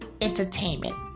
Entertainment